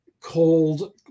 called